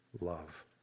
love